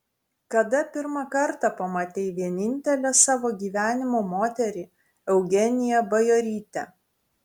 kada pirmą kartą pamatei vienintelę savo gyvenimo moterį eugeniją bajorytę